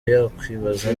yakwibaza